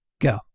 go